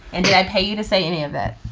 and did i pay you to say any of it